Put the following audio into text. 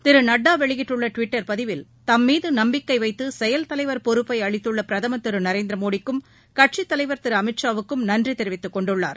திரு நட்டா வெளியிட்டுள்ள டுவிட்டர் பதிவில் தம்மீது நம்பிக்கை வைத்து செயல் தலைவர் பொறுப்பை அளித்துள்ள பிரதமர் திரு நரேந்திர மோடிக்கும் கட்சித் தலைவர் திரு அமித் ஷாவுக்கும் நன்றி தெரிவித்துக் கொண்டுள்ளார்